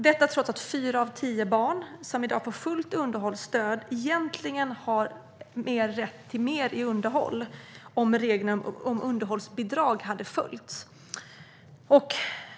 Detta trots att fyra av tio barn som i dag får fullt underhållsstöd egentligen har rätt till mer i underhåll och hade fått det om regeln om underhållsbidrag hade följts.